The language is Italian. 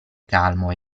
calmo